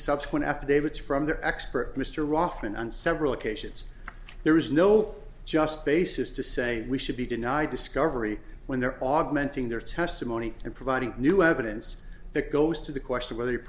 subsequent affidavits from their expert mr ruffin on several occasions there is no just basis to say we should be denied discovery when they're augmenting their testimony and providing new evidence that goes to the question of whether